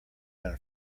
than